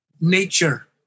nature